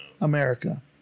America